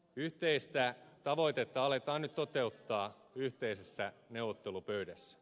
yhteistä tavoitetta aletaan nyt toteuttaa yhteisessä neuvottelupöydässä